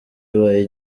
ibaye